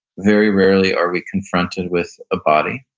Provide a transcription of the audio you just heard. very rarely are we confronted with a body.